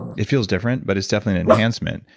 it feels different, but it's definitely an enhancement.